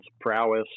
prowess